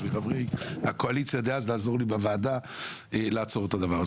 ביקשתי אז מחברי הקואליציה דאז לעזור לי בוועדה לעצור את הדבר הזה.